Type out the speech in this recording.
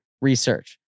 research